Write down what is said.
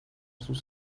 sus